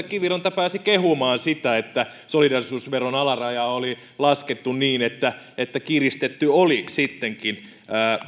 kiviranta pääsi kehumaan sitä että solidaarisuusveron alarajaa oli laskettu niin että että kiristetty oli sittenkin